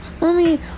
Mommy